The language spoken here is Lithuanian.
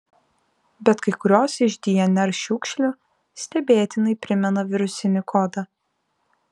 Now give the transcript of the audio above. bet kai kurios iš dnr šiukšlių stebėtinai primena virusinį kodą